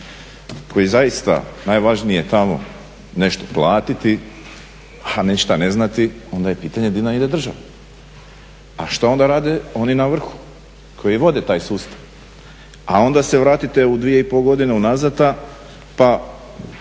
koji zaista najvažnije tamo nešto platiti, a ništa ne znati onda je pitanje gdje nam ide država? A šta onda rade oni na vrhu koji vode taj sustav? A onda se vratiti 2,5 godine unazad pa